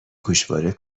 گوشواره